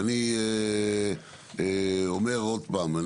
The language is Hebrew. ואני אומר עוד פעם,